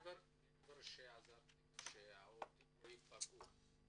מעבר לזה שעזרתם לכך שהעובדים לא ייפגעו,